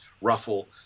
ruffle